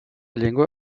llengua